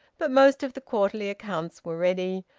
but most of the quarterly accounts were ready,